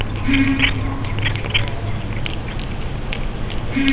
लहसुन के बोआई ठंढा के दिन में कइल जाला